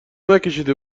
نکشیده